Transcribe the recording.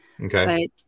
Okay